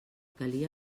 calia